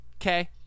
okay